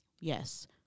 yes